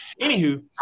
Anywho